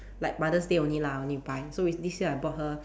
like mother's day only lah only buy so rec~ this year I bought her